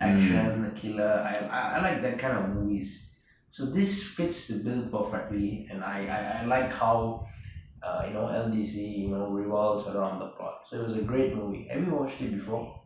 action killer I I like the that kind of movies so this fits the bill perfectly and I I like how are you know L_D_C you know revolves around the plot so it was a great movie have you watched it before